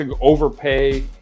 overpay